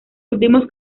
últimos